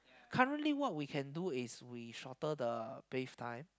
currently what we can do is shorter the bath time